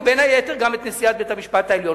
ובין היתר גם את נשיאת בית-המשפט העליון,